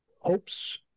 hopes